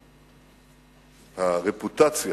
הרפוטציה,